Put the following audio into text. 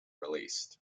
released